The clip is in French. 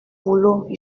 boulot